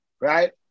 right